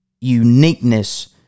uniqueness